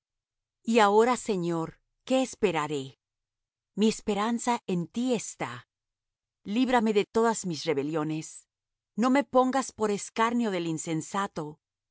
y ahora señor qué esperaré mi esperanza en ti está líbrame de todas mis rebeliones no me pongas por escarnio del insensato